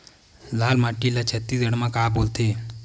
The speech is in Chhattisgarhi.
लाल माटी ला छत्तीसगढ़ी मा का बोलथे?